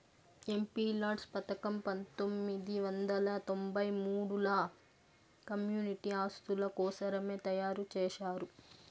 MPLADS పథకం పంతొమ్మిది వందల తొంబై మూడుల కమ్యూనిటీ ఆస్తుల కోసరమే తయారు చేశారు